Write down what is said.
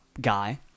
guy